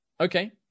Okay